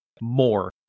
more